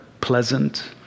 pleasant